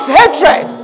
hatred